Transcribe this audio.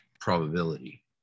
probability